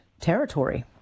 territory